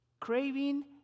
craving